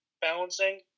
balancing